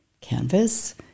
canvas